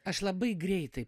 aš labai greitai